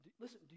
Listen